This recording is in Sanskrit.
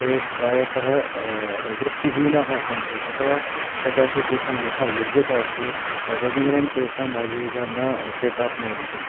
ते प्रायशः वृत्तिहीनाः सन्ति अथवा कदाचित् तेषां यथा योग्यता अस्ति तदनुगुणं तेषाम् आजीविका न ते प्राप्नुवन्ति